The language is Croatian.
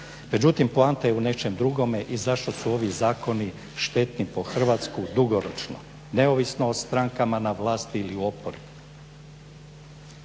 Međutim, poanta je u nečem drugome i zašto su ovi zakoni štetni po Hrvatsku dugoročno neovisno o strankama na vlasti ili u oporbi.